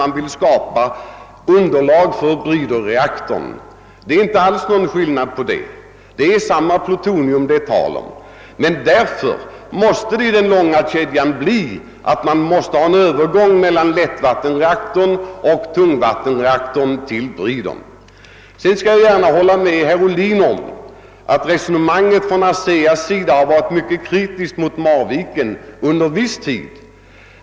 Man vill skapa underlag för bridreaktorn. Det är inte alls någon skillnad; det är samma plutonium det är tal om. Man måste alltså i den långa kedjan ha en övergång mellan lättvattenreaktorn och tungvattenreaktorn till bridreaktorn. | Jag skall gärna hålla med herr Ohlin om att ASEA varit mycket kritiskt mot Marviken under viss tid.